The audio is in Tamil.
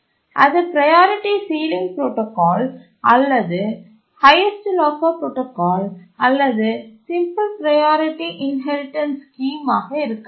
அது ப்ரையாரிட்டி சீலிங் புரோடாகால் அல்லது ஹைஎஸ்ட் லாக்கர் புரோடாகால் அல்லது சிம்பிள் ப்ரையாரிட்டி இன்ஹெரிடன்ஸ் ஸ்கீம் ஆக இருக்கலாமா